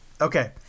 Okay